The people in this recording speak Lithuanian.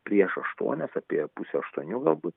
prieš aštuonias apie pusę aštuonių galbūt